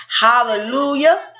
hallelujah